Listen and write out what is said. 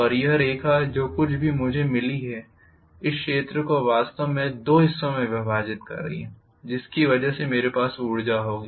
और यह रेखा जो कुछ भी मुझे मिली है इस क्षेत्र को वास्तव में दो हिस्सों में विभाजित करने जा रही है जिसकी वजह से मेरे पास ऊर्जा होगी